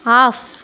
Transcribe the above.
off